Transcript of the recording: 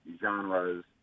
genres